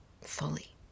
fully